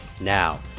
Now